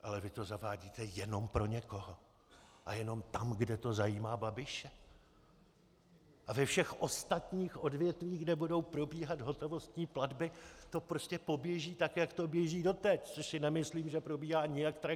Ale vy to zavádíte jenom pro někoho a jenom tam, kde to zajímá Babiše, a ve všech ostatních odvětvích, kde budou probíhat hotovostní platby, to prostě poběží tak, jak to běží doteď což si nemyslím, že probíhá nijak tragicky.